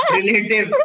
Relative